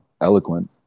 eloquent